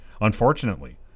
unfortunately